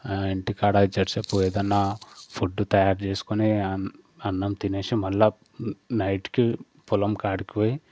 మా ఇంటికాడ జర్సేపు ఏదన్నా ఫుడ్డు తయారు చేసుకొని అన్ అన్నం తినేసి మళ్ళా నైట్కి పొలంకాడికి పోయి